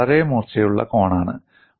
ഇത് വളരെ മൂർച്ചയുള്ള കോണാണ്